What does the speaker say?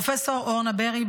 פרופ' ארנה ברי,